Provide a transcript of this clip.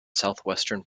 southwestern